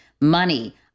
money